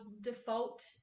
default